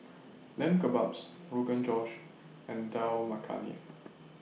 Lamb Kebabs Rogan Josh and Dal Makhani